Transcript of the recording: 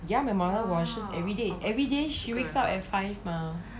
ya my mother washes every day every day she wakes up at five mah to wash